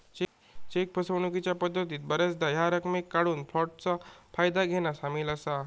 check फसवणूकीच्या पद्धतीत बऱ्याचदा ह्या रकमेक काढूक फ्लोटचा फायदा घेना सामील असा